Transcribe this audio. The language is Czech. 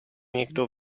někdo